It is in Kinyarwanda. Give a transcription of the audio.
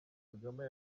kagame